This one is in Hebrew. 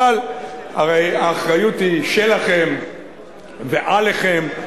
אבל האחריות היא שלכם ועליכם.